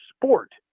sport